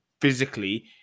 physically